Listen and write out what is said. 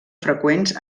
freqüents